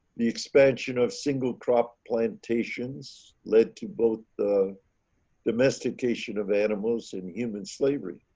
the expansion of single crop plantations led to both the domestication of animals and human slavery.